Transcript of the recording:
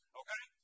okay